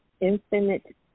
infinite